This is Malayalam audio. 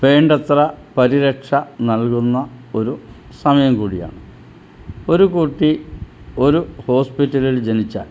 വേണ്ടത്ര പരിരക്ഷ നൽകുന്ന ഒരു സമയം കൂടിയാണ് ഒരു കുട്ടി ഒരു ഹോസ്പിറ്റലിൽ ജനിച്ചാൽ